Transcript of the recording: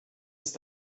ist